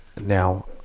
Now